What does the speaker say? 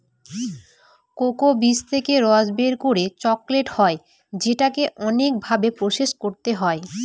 cocoa বীজ থেকে রস বের করে চকলেট হয় যেটাকে অনেক ভাবে প্রসেস করতে হয়